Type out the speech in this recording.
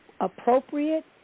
appropriate